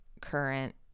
Current